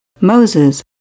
Moses